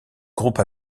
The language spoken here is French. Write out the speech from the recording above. groupe